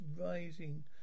rising